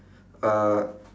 uh